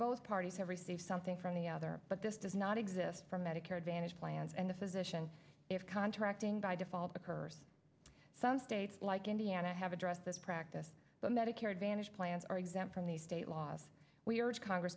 both parties have received something from the other but this does not exist for medicare advantage plans and the physician if contracting by default occurs some states like indiana have addressed this practice but medicare advantage plans are exempt from the state laws we urge congress